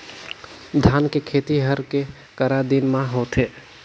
धान के खेती हर के करा दिन म होथे?